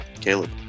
Caleb